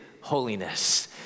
holiness